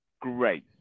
Great